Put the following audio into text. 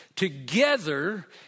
together